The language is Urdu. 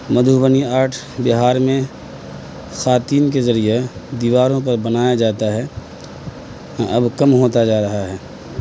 مدھوبنی آرٹ بہار میں خواتین کے ذریعہ دیواروں پر بنایا جاتا ہے اب کم ہوتا جا رہا ہے